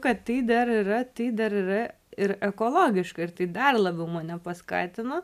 kad tai dar yra tai dar yra ir ekologiška ir tai dar labiau mane paskatino